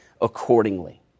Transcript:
accordingly